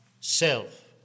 self